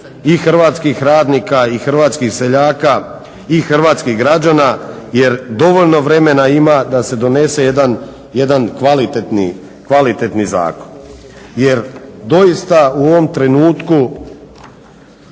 i hrvatskih radnika i hrvatskih seljaka i hrvatskih građana jer dovoljno vremena ima da se donese jedan kvalitetni zakon. Jer doista u ovom trenutku